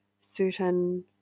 certain